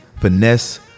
finesse